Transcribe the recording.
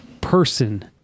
person